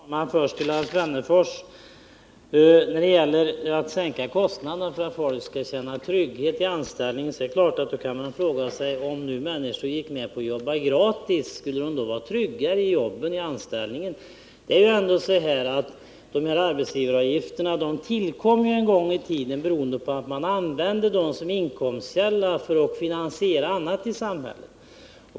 Herr talman! Först till Alf Wennerfors: När det gäller frågan om att sänka kostnaderna för att folk skall kunna känna trygghet i anställningen är det klart att man kan fråga: Om nu människor gick med på att jobba gratis, skulle de då vara tryggare i anställningen? De här arbetsgivaravgifterna tillkom ju en gång i tiden föratt användas som inkomstkälla för att vi skulle kunna finansiera andra saker i samhället. Bl.